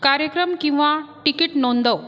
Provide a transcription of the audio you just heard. कार्यक्रम किंवा टिकीट नोंदव